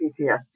PTSD